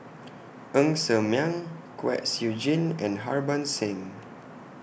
Ng Ser Miang Kwek Siew Jin and Harbans Singh